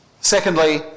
Secondly